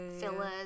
Fillers